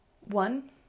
one